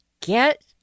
get